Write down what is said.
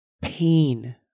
pain